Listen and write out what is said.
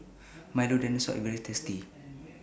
Milo Dinosaur IS very tasty